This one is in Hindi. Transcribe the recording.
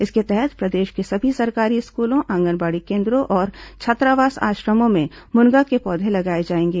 इसके तहत प्रदेश के सभी सरकारी स्कूलों आंगनबाड़ी केन्द्रों और छात्रावास आश्रमों में मुनगा के पौधे लगाए जाएंगे